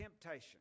temptation